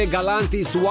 Galantis